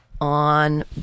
on